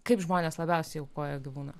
kaip žmonės labiausiai aukojo gyvūnams